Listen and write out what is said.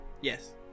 Yes